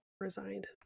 Resigned